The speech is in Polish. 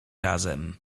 razem